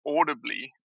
audibly